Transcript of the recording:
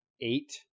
eight